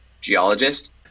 geologist